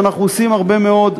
ואנחנו עושים הרבה מאוד.